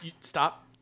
Stop